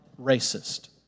racist